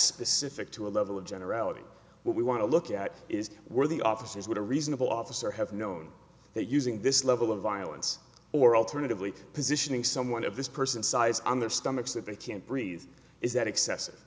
specific to a level of generality what we want to look at is were the officers with a reasonable officer have known that using this level of violence or alternatively positioning someone of this person size on their stomachs that they can't breathe is that excessive